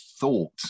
thought